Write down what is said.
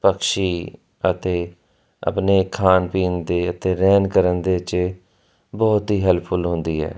ਪੰਛੀ ਅਤੇ ਆਪਣੇ ਖਾਣ ਪੀਣ ਦੇ ਅਤੇ ਰਹਿਣ ਕਰਨ ਦੇ 'ਚ ਬਹੁਤ ਹੀ ਹੈਲਪਫੁਲ ਹੁੰਦੀ ਹੈ